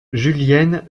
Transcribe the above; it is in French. julienne